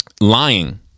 lying